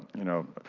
you know,